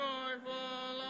Joyful